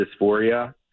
dysphoria